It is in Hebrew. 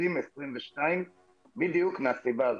2022 בדיוק מהסיבה הזו,